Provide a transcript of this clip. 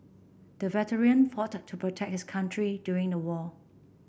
the veteran fought to protect his country during the war